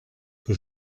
que